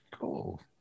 Cool